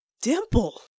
dimple